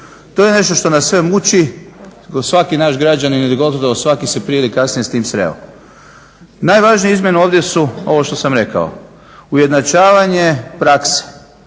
To je nešto što nas sve muči kao svaki naš građanin ili gotovo svaki se prije ili kasnije s tim sreo. Najvažnije izmjene ovdje su ovo što sam rekao ujednačavanje prakse.